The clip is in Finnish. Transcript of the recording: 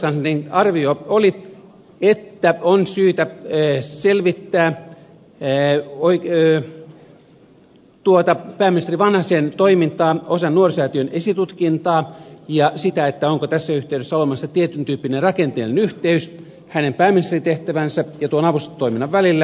oikeuskanslerin arvio oli että on syytä selvittää pääministeri vanhasen toimintaa osana nuorisosäätiön esitutkintaa ja sitä onko tässä yhteydessä olemassa tietyntyyppinen rakenteellinen yhteys hänen pääministeritehtävänsä ja tuon avustustoiminnan välillä